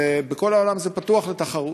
בכל העולם זה פתוח לתחרות,